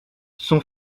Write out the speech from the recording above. son